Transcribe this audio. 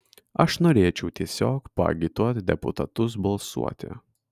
aš norėčiau tiesiog paagituot deputatus balsuoti